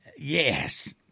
Yes